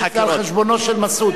כי זה על חשבונו של מסעוד.